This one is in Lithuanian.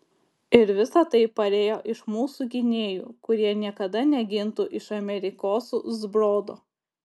ir visa tai parėjo iš mūsų gynėjų kurie niekada negintų iš amerikosų zbrodo